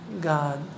God